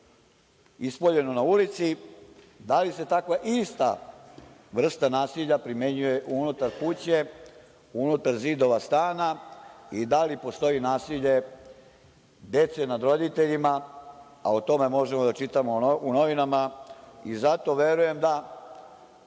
ispoljeno na ulici. Da li se takva ista vrsta nasilja primenjuje unutar kuće, unutar zidova stana i da li postoji nasilje dece nad roditeljima, a o tome možemo da čitamo u novinama? Zato verujem da